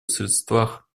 средствах